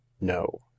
No